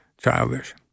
childish